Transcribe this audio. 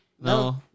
No